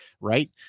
Right